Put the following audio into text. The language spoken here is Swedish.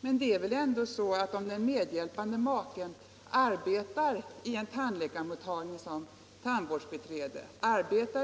Men om den medhjälpande maken arbetar i en tandläkarmottagning såsom tandvårdsbiträde,